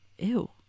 Ew